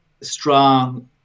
strong